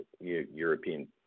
European